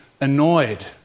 annoyed